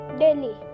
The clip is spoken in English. daily